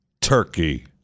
turkey